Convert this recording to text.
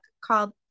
called